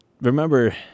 remember